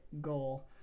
goal